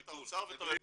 את האוצר ואת הרווחה.